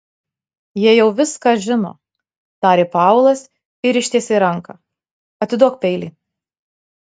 jie jau viską žino tarė paulas ir ištiesė ranką atiduok peilį